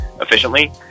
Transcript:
efficiently